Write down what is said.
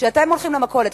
כשאתם הולכים למכולת,